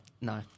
No